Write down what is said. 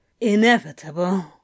Inevitable